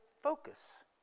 focus